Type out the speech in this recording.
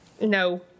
No